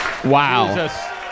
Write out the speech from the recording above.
Wow